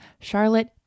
Charlotte